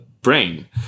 brain